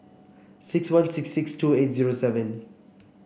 six one six six two eight zero seven